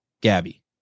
Gabby